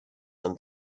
and